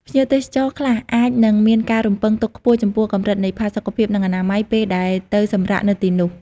ភ្ញៀវទេសចរខ្លះអាចនឹងមានការរំពឹងទុកខ្ពស់ចំពោះកម្រិតនៃផាសុកភាពនិងអនាម័យ ពេលដែលទៅសម្រាកនៅទីនោះ។